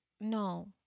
no